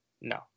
no